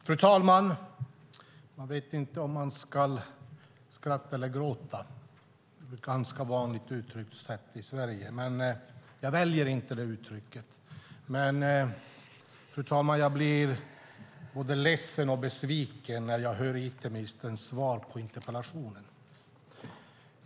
Fru talman! Jag vet inte om man ska skratta eller gråta. Det är ett ganska vanligt uttryckssätt i Sverige, fast jag väljer inte det uttrycket. Men, fru talman, jag blir både ledsen och besviken när jag hör it-ministerns svar på interpellationen.